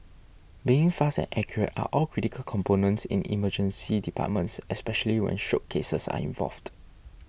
being fast and accurate are all critical components in Emergency Departments especially when stroke cases are involved